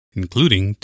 including